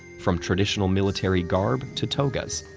from traditional military garb to togas,